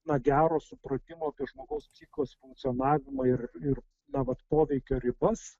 na gero supratimo apie žmogaus psichikos funkcionavimą ir ir na vat poveikio ribas